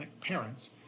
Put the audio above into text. parents